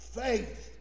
faith